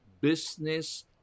Business